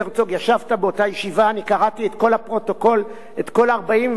אני קראתי את כל 45 עמודי הפרוטוקול,